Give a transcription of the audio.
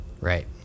Right